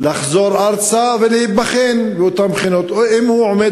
לחזור ארצה ולהיבחן באותן בחינות, אם הוא עומד